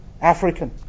African